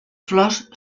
flors